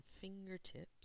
fingertips